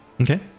okay